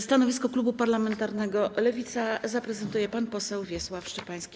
Stanowisko klubu parlamentarnego Lewica zaprezentuje pan poseł Wiesław Szczepański.